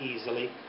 easily